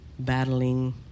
Battling